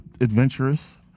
adventurous